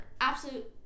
absolute